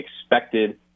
expected